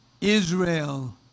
Israel